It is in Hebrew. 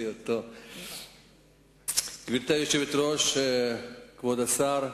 גברתי היושבת-ראש, כבוד השר,